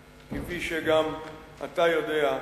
כפי שגם אתה יודע,